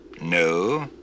No